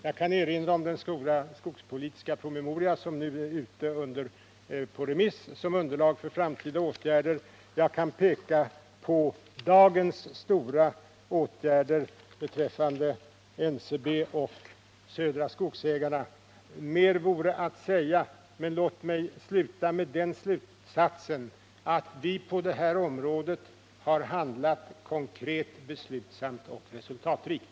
Jag kan erinra om den stora skogspolitiska PM om underlag för framtida åtgärder som nu är ute på remiss, och jag kan peka på dagens stora åtgärder beträffande NCB och Södra Skogsägarna. Mera vore att säga, men låt mig sluta med den konklusionen att vi på det här området handlat konkret, beslutsamt och resultatrikt.